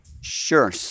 sure